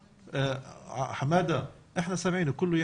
אותך, בבקשה.